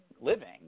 living